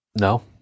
No